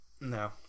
No